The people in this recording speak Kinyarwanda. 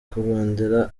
kurondera